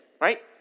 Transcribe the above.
right